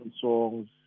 songs